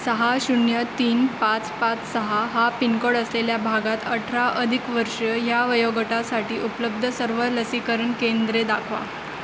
सहा शून्य तीन पाच पाच सहा हा पिनकोड असलेल्या भागात अठरा अधिक वर्ष या वयोगटासाठी उपलब्ध सर्व लसीकरण केंद्रे दाखवा